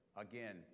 Again